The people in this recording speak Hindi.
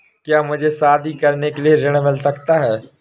क्या मुझे शादी करने के लिए ऋण मिल सकता है?